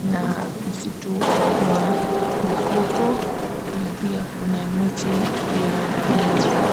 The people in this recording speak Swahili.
na msitu wa mikoko na pia kuna mti ya nazi.